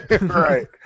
right